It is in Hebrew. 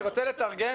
אני רוצה לתרגם.